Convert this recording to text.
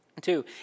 Two